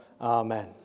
Amen